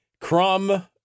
Crum